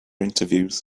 interviews